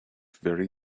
very